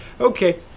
okay